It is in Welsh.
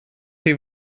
chi